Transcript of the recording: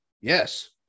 Yes